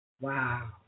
Wow